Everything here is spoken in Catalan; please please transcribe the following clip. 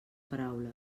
paraula